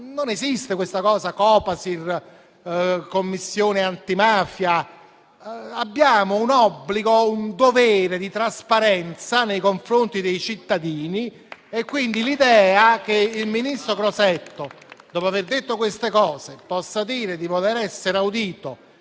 Non esiste che vada al Copasir o in Commissione antimafia. Abbiamo un obbligo, un dovere di trasparenza nei confronti dei cittadini. E, quindi, l'idea che il ministro Crosetto, dopo aver detto queste cose, possa dire di voler essere audito